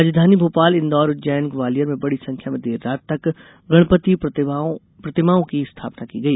राजधानी भोपाल इन्दौर उज्जैन ग्वालियर में बड़ी संख्या में देर रात तक गणपति प्रतिमाओं की स्थापना की गई